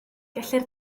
gellir